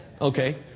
okay